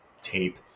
tape